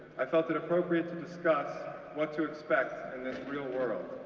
i felt it appropriate to discuss what to expect in this real world.